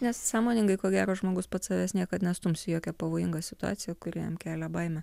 nes sąmoningai ko gero žmogus pats savęs niekad nestums į jokią pavojingą situaciją kuri jam kelia baimę